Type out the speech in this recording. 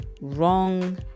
wrong